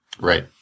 Right